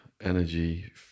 energy